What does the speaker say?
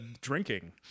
drinking